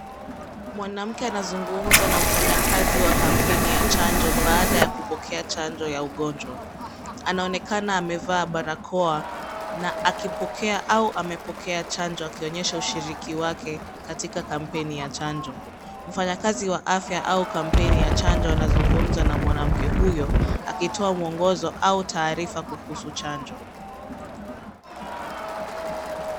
Mwanamke anazungumza na mfanyakazi wa kampeni ya chanjo baada ya kupokea chanjo ya ugonjwa. Anaonekana amevaa barakoa na akipokea au amepokea chanjo akionyesha ushiriki wake katika kampeni ya chanjo. Mfanyakazi wa afya au kampeni ya chanjo anazungumza na mwanamke huyo akitoa mwongozo au taarifa kuhusu chanjo.